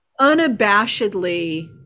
unabashedly